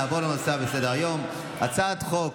נעבור לנושא הבא בסדר-היום, הצעת חוק